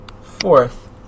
Fourth